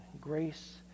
Grace